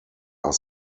are